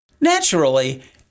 Naturally